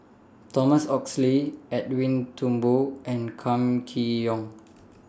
Thomas Oxley Edwin Thumboo and Kam Kee Yong